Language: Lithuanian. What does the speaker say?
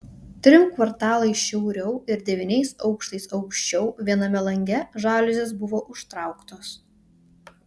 trim kvartalais šiauriau ir devyniais aukštais aukščiau viename lange žaliuzės buvo užtrauktos